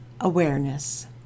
awareness